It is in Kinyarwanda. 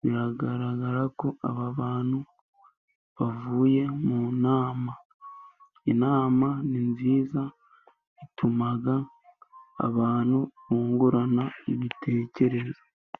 biragaragara ko aba bantu bavuye mu nama. Inama ni nziza, ituma abantu bungurana ibitekerezo.